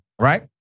right